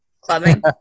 Clubbing